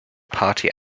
party